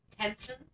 tension